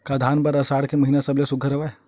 का धान बर आषाढ़ के महिना सबले सुघ्घर हवय?